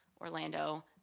Orlando